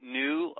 new